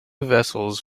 vessels